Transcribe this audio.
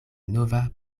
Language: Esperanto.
nova